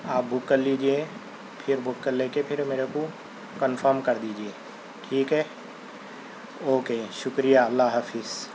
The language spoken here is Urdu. آپ بک کر لیجیے پھر بک کر لے کے میرے کو کنفرم کر دیجیے ٹھیک ہے اوکے شکریہ اللہ حافظ